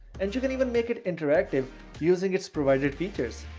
and you can even make it interactive using its provided features.